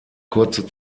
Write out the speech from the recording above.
kurze